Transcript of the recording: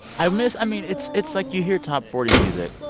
i miss i mean, it's it's like you hear top forty music